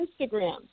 Instagram